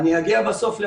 אגיע בסוף לכול.